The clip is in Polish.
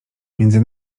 między